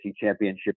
Championship